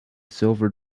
silver